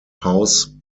house